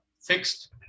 fixed